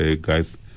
guys